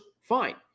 fine